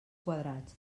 quadrats